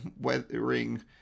weathering